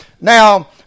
Now